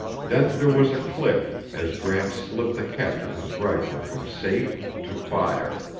then there was a click as gramps slipped the catch of his rifle from safe to fire.